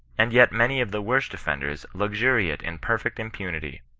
and yet many of the worst offenders luxuriate in perfect impunity,